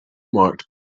marked